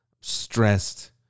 stressed